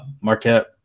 Marquette